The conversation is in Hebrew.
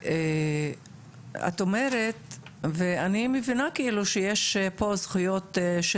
את אומרת ואני מבינה שיש פה זכויות של